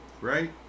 Right